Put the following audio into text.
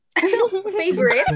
Favorite